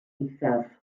eithaf